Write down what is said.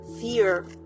fear